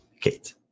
Kate